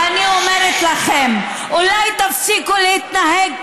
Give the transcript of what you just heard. ואני אומרת לכם, אולי תפסיקו להתנהג,